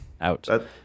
Out